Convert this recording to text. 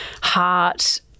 heart